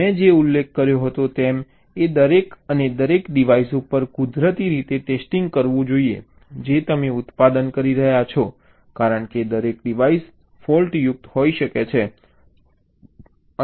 મેં જે ઉલ્લેખ કર્યો હતો તેમ એ દરેક અને દરેક ડિવાઇસ ઉપર કુદરતી રીતે ટેસ્ટિંગ કરવું જોઈએ જે તમે ઉત્પાદન કરી રહ્યાં છો કારણ કે દરેક ડિવાઇસ ફૉલ્ટયુક્ત હોઈ શકે છે